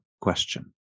question